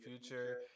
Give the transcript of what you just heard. future